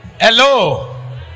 Hello